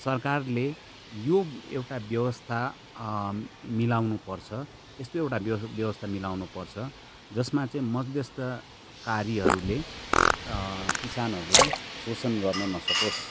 सरकारले यो एउटा व्यवस्था मिलाउनुपर्छ यस्तो एउटा व्यवस्था मिलाउनु पर्छ जसमा चाहिँ मध्यस्थताकारीहरूले किसानहरूलाई शोषण गर्न नसकोस्